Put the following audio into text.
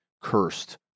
cursed